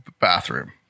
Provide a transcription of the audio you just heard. bathroom